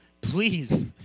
Please